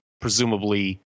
presumably